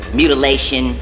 mutilation